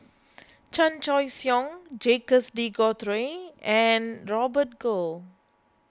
Chan Choy Siong Jacques De Coutre and Robert Goh